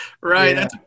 Right